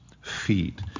feet